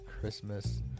Christmas